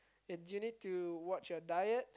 and you need to watch your diet